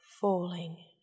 FALLING